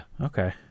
Okay